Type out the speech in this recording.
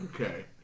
Okay